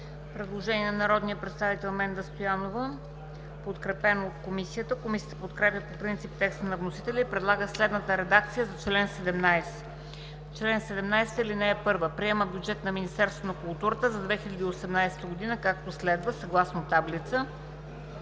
Предложение на народния представител Менда Стоянова, подкрепено от Комисията. Комисията подкрепя по принцип текста на вносителя и предлага следната редакция за чл. 17: „Чл. 17. (1) Приема бюджета на Министерството на културата за 2018 г., както следва:“ (съгласно таблица